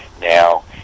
Now